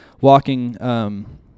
walking